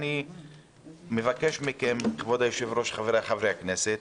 אני מבקש מכם, כבוד היושב-ראש וחבריי חברי הכנסת,